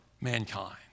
mankind